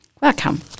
Welcome